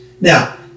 Now